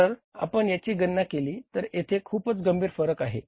जर आपण याची गणना केली तर येथे खूपच गंभीर फरक आहे